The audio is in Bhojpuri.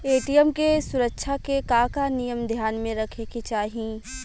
ए.टी.एम के सुरक्षा उपाय के का का नियम ध्यान में रखे के चाहीं?